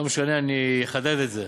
לא משנה, אני אחדד את זה.